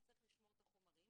אם צריך לשמור את החומרים